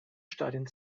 stadien